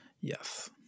Yes